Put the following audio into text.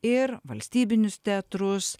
ir valstybinius teatrus